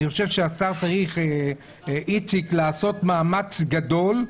אני חושב שהשר איציק שמולי צריך לעשות מאמץ גדול,